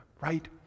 right